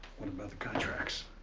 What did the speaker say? what about the contracts?